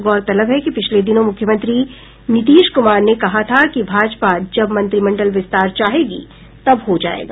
गौरतलब है कि पिछले दिनों मुख्यमंत्री नीतीश कुमार ने कहा था कि भाजपा जब मंत्रिमंडल विस्तार चाहेगी तब हो जायेगा